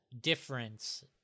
difference